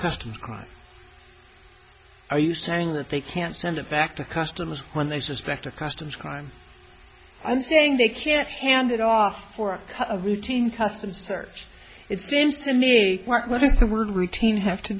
crime are you saying that they can't send it back to customs when they suspect a customs crime i'm saying they can't hand it off for a routine customs search it seems to me what does the word routine have to